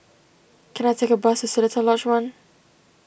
can I take a bus to Seletar Lodge one